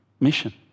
mission